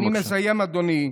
אני מסיים, אדוני.